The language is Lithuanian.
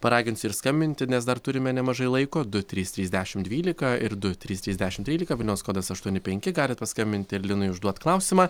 paraginsiu ir skambinti nes dar turime nemažai laiko du trys trys dešimt dvylika ir du trys trys dešimt trylika vilniaus kodas aštuoni penki galit paskambinti ir linui užduot klausimą